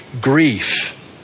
grief